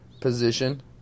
position